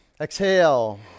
Exhale